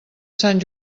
sant